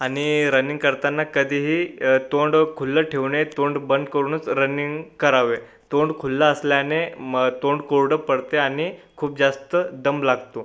आणि रनिंग करताना कधीही तोंड खुलं ठेऊ नये तोंड बंद करूनच रनिंग करावे तोंड खुलं असल्याने मर तोंड कोरडं पडते आनि खूप जास्त दम लागतो